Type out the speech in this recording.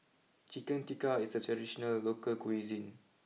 Chicken Tikka is a traditional local cuisine